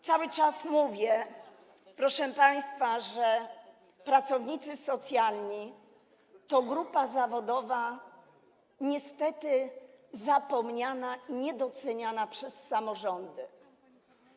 Cały czas mówię, proszę państwa, że pracownicy socjalni to grupa zawodowa niestety zapomniana i niedoceniana przez samorządy.